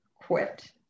quit